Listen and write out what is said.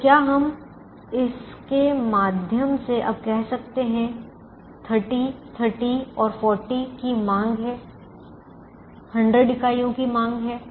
तो क्या हम इसके माध्यम से अब कह सकते हैं 30 30 और 40 की मांग है 100 इकाइयों की मांग है